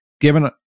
given